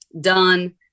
done